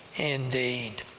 indeed!